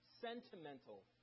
sentimental